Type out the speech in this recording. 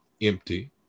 empty